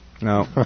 No